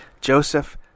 Joseph